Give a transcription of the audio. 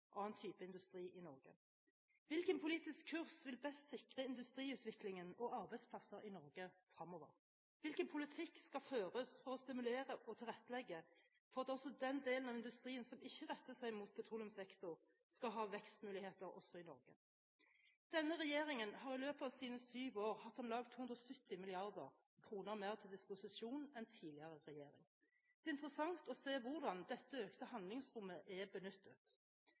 annen type industri i Norge. Hvilken politisk kurs vil best sikre industriutviklingen og arbeidsplasser i Norge fremover? Hvilken politikk skal føres for å stimulere og tilrettelegge for at også den delen av industrien som ikke retter seg mot petroleumssektoren, skal ha vekstmuligheter også i Norge? Denne regjeringen har i løpet av sine syv år hatt om lag 270 mrd. kr mer til disposisjon enn tidligere regjering. Det er interessant å se hvordan dette økte handlingsrommet er benyttet.